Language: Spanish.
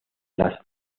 las